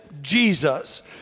Jesus